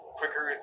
quicker